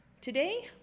today